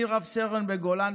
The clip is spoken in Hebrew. אני רב-סרן בגולני.